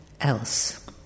else